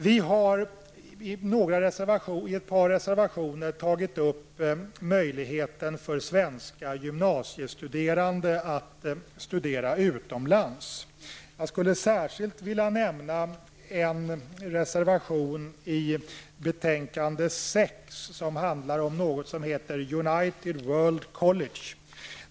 Vi har i ett par reservationer tagit upp möjligheten för svenska gymnasiestuderande att studera utomlands. Jag vill särskilt nämna en reservation i utbildningsutskottets betänkande 6 som handlar om något som heter United World Colleges.